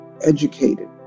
educated